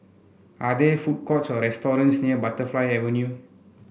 are there food courts or restaurants near Butterfly Avenue